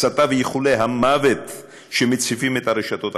הסתה ואיחולי המוות שמציפים את הרשתות החברתיות.